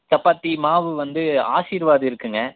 சப்பாத்தி மாவு வந்து ஆஷீர்வாத் இருக்குங்க